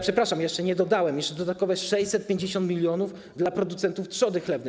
Przepraszam, bo jeszcze nie dodałem: jeszcze dodatkowe 650 mln zł dla producentów trzody chlewnej.